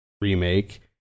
remake